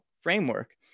framework